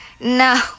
No